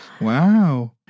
Wow